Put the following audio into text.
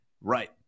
Right